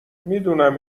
میدونم